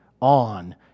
on